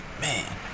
man